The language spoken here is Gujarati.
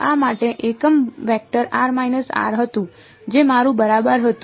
આ માટે એકમ વેક્ટર હતું જે મારું બરાબર હતું